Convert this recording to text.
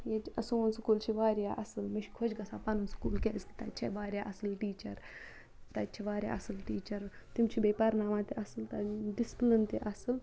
ییٚتہِ سون سکوٗل چھُ واریاہ اَصل مےٚ چھُ خۄش گَژھان پَنُن سکوٗل کیازکہِ تَتہِ چھِ واریاہ اَصل ٹیٖچَر تَتہِ چھِ واریاہ اَصل ٹیٖچَر تِم چھِ بیٚیہِ پَرناوان تہِ اَصل ڈِسپلٕن تہِ اَصل